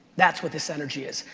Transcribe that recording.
that's what this energy is,